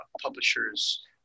publishers